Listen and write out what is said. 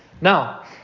Now